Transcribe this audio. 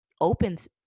opens